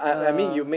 uh